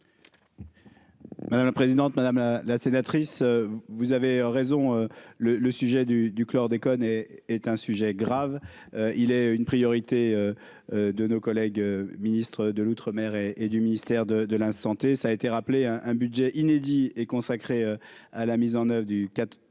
Madame la présidente, madame la sénatrice, vous avez raison, le le sujet du du chlordécone est est un sujet grave, il est une priorité de nos collègues, ministre de l'Outre-mer et et du ministère de la santé, ça a été rappelé un un budget inédit est consacré à la mise en oeuvre du 4ème